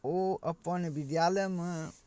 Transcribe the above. ओ अपन विद्यालयमे